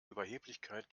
überheblichkeit